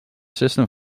system